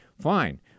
fine